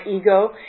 ego